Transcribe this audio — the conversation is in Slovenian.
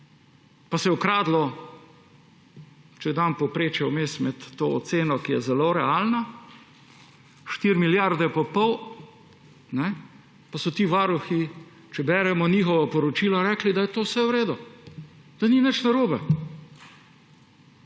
pa se je ukradlo, če dam povprečje vmes med to oceno, ki je zelo realna, 4 milijarde pa pol, pa so ti varuhi, če beremo njihova poročila, rekli, da je to vse v redu, da ni nič narobe.